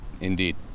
Indeed